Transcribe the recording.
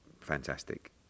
fantastic